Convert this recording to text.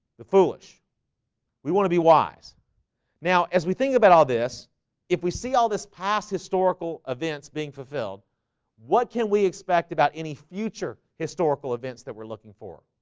the foolish we want to be wise now as we think about all this if we see all this past historical events being fulfilled what can we expect about any future? historical events that we're looking for